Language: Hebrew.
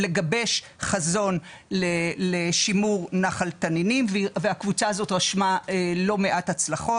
לגבש חזון לשימור נחל תנינים והקבוצה הזאת לא מעט הצלחות.